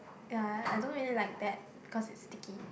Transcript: ya I don't really like that cause it's sticky